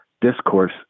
discourse